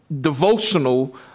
devotional